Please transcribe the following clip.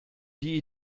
die